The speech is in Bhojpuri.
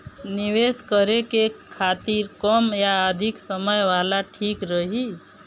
निवेश करें के खातिर कम या अधिक समय वाला ठीक रही?